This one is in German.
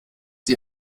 die